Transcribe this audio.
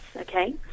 okay